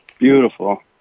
Beautiful